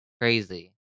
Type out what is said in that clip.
crazy